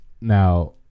Now